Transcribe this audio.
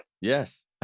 Yes